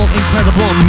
incredible